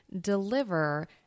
deliver